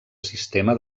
sistema